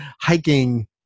hiking